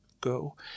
go